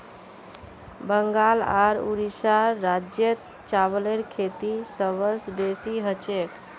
बंगाल आर उड़ीसा राज्यत चावलेर खेती सबस बेसी हछेक